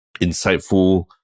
insightful